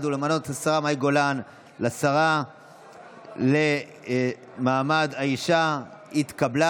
ומינוי השרה מאי גולן לשרה לקידום מעמד האישה התקבלה.